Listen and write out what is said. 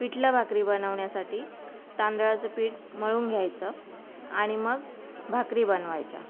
पिठलं भाकरी बनवण्यासाठी तांदळाचं पीठ मळून घ्यायचं आणि मग भाकरी बनवायचं